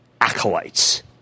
acolytes